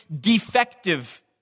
defective